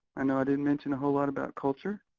i know i didn't mention a whole lot about culture,